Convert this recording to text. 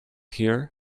here